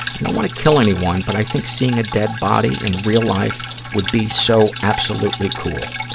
i don't want to kill anyone, but i think seeing a dead body in real life would be so absolutely cool.